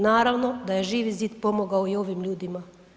Naravno da je Živi zid pomogao i ovim ljudima.